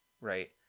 right